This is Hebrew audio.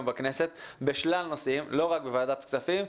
בכנסת במקביל בשלל נושאים ולא רק בוועדת הכספים.